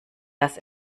dass